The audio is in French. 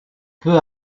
peu